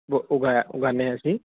ਉਗਾਨੇ ਆ ਅਸੀਂ